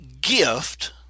gift